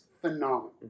phenomenal